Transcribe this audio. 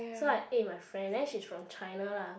so I ate with my friend then she's from China lah